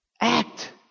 Act